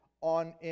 on